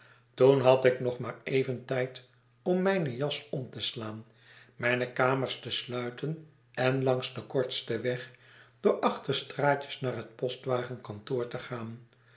toen had ik nog maar even tijd om mijne jas om te slaan mijne kamers te sluiten en langs den kortsten weg door achterstraatjes naar het postwagenkantoor te gaan